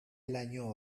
laino